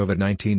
COVID-19